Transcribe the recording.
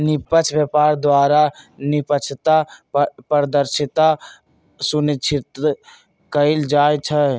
निष्पक्ष व्यापार द्वारा निष्पक्षता, पारदर्शिता सुनिश्चित कएल जाइ छइ